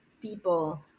people